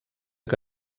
que